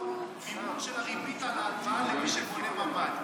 רק פטור מהריבית על ההלוואה למי שבונה ממ"ד.